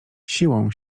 siłą